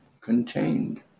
contained